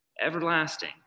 everlasting